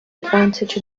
advantage